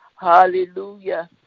Hallelujah